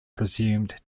presumed